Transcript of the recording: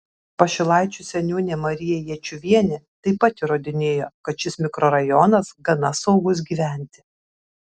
pašilaičių seniūnė marija jėčiuvienė taip pat įrodinėjo kad šis mikrorajonas gana saugus gyventi